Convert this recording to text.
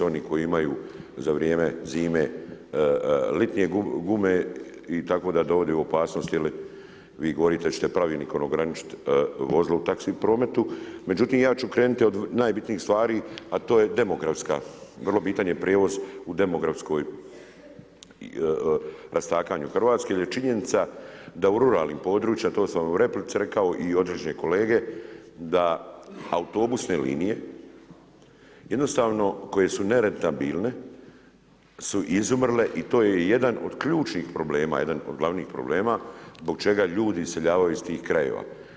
Oni koji imaju za vrijeme zime, ljetne gume, tako da dovodi u opasnost ili vi govorite da ćete pravilnikom ograničiti vozilo taksi prometu, međutim, ja ću krenuti od najbitnijih stvari, a to je demografska, prvo pitanje prijevoz u demografskoj rastakanju Hrvatske, jer je činjenica da u ruralnim područjima, a to su vam i u replici rekao i određene kolege, da autobusne linije, jednostavno koje su nerentabilne su izumrle i to je jedan od ključnih problema, glavnih problema, zbog čega ljudi iseljavaju iz tih krajeva.